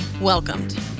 welcomed